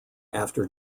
after